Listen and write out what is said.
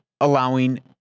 allowing